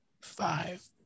five